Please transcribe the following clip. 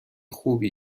خوبی